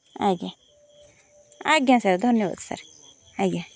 ଆଜ୍ଞା ଆଜ୍ଞା ସାର୍ ଧନ୍ୟବାଦ ସାର୍ ଆଜ୍ଞା